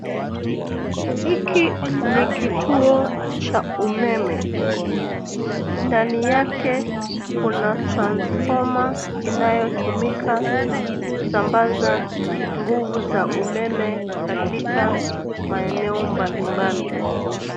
Hiki ni kituo cha umeme. Ndani yake kuna transformer inayotumika kusambaza nguvu za umeme katika maeneo mbalimbali.